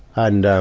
and, um,